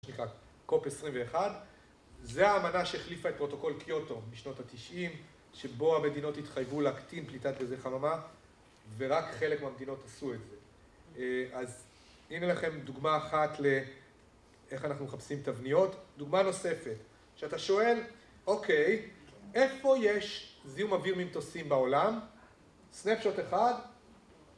נקרא קופ 21, זה האמנה שהחליפה את פרוטוקול קיוטו בשנות ה-90 שבו המדינות התחייבו להקטין פליטת גזי חממה ורק חלק מהמדינות עשו את זה. אז הנה לכם דוגמא אחת לאיך אנחנו מחפשים תבניות. דוגמא נוספת, כשאתה שואל אוקיי, איפה יש זיהום אוויר ממטוסים בעולם? סנפשוט אחד